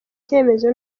cyemezo